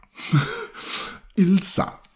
Ilsa